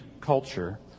culture